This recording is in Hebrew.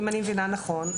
אם אני מבינה נכון,